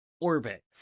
orbit